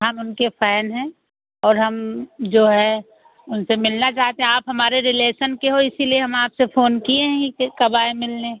हम उनके फ़ैन हैं और हम जो है उनसे मिलना चाहते हैं आप हमारे रिलेसन के हो इसलिए हम आपसे फ़ोन किए है कि कब आए मिलने